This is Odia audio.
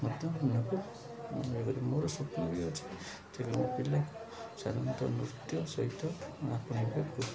ମଧ୍ୟ ନ କୁ ମୋର ସ୍ୱପ୍ନ ବି ଅଛି ତେବେ ମୋ ପିଲାକୁ ସାଧାରଣତଃ ନୃତ୍ୟ ସହିତ ଆପଣଙ୍କୁ